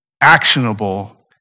actionable